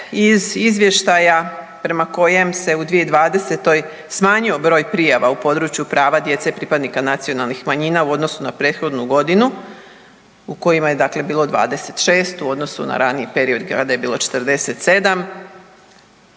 iz izvještaja prema kojem se u 2020. smanjio broj prijava u području prava djece pripadnika nacionalnih manjina u odnosu na prethodnu godinu u kojima je bilo dakle 26 u odnosu na raniji period kada je bilo 47,